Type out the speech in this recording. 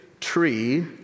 tree